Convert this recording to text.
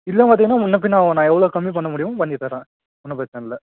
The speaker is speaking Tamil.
இதுலாம் பார்த்திங்கன்னா முன்னே பின்னே ஆகும் நான் எவ்வளோ கம்மி பண்ண முடியுமோ பண்ணி தரேன் ஒன்றும் பிரச்சனை இல்லை